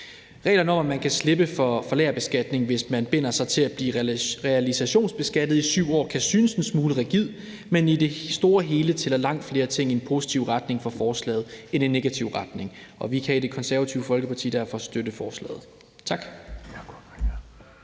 Reglerne om, at man kan slippe for lagerbeskatning, hvis man binder sig til at blive realisationsbeskattet i 7 år, kan synes en smule rigide, man i det store hele tæller langt flere ting i forslaget i en positiv retning end i en negativ retning, og vi kan i Det Konservative Folkeparti kan derfor støtte forslaget. Tak.